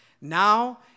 now